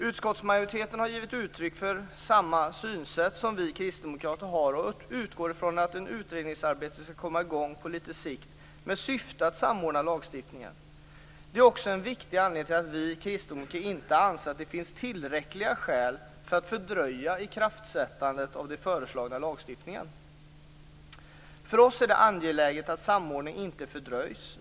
Utskottsmajoriteten har givit uttryck för samma synsätt som vi kristdemokrater har och utgår från att ett utredningsarbete skall komma i gång på lite sikt med syfte att samordna lagstiftningen. Det är också en viktig anledning till att vi kristdemokrater inte anser att det finns tillräckliga skäl för att fördröja ikraftträdandet av den föreslagna lagstiftningen. För oss är det angeläget att samordningen inte fördröjs.